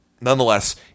nonetheless